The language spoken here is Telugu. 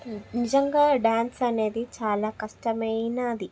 నిజంగా డాన్స్ అనేది చాలా కష్టమైనది